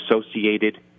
associated